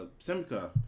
Simca